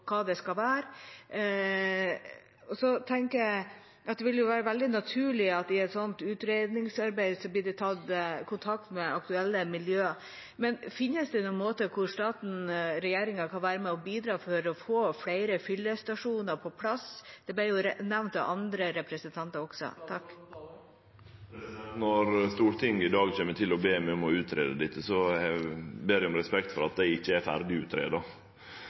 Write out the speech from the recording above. hva det skulle være. Jeg tenker at det ville være veldig naturlig i et slikt utredningsarbeid at det blir tatt kontakt med aktuelle miljøer. Men finnes det noen måte der regjeringen kan være med og bidra for å få flere fyllestasjoner på plass? Det ble jo nevnt av andre representanter også. Når Stortinget i dag kjem til å be meg om å greie ut dette, ber eg om respekt for at det ikkje er ferdig